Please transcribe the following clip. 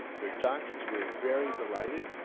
their doctors were very delighted.